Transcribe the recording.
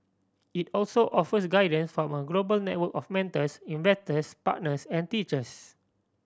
it also offers guidance from a global network of mentors investors partners and teachers